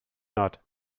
not